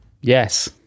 Yes